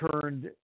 turned